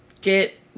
get